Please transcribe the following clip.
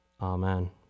Amen